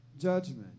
judgment